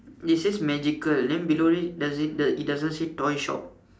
it says magical then below it does it does it doesn't say toy shop